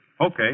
Okay